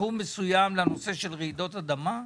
סכום מסוים לנושא של רעידות אדמה?